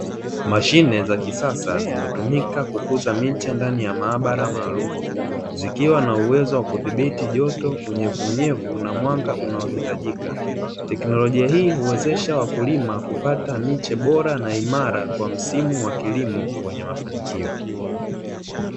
Mashine za kisasa zimetumika kukuza miche ndani ya maabara maalumu, zikiwa na uwezo wa kudhibiti joto, unyevunyevu na mwanga unaohitajika, teknolojia hii huwezesha wakulima kupata miche bora na imara kwa msimu wa kilimo wenye mafanikio.